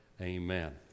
Amen